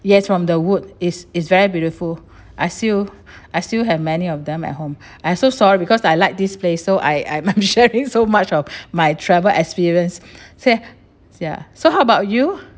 yes from the wood it's it's very beautiful I still I still have many of them at home I so sorry because I like this place so I I'm I'm sharing so much of my travel experience say ya so how about you